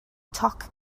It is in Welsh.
toc